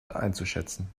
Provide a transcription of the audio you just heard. einzuschätzen